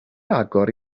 agor